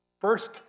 First